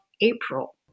April